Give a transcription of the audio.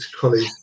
colleagues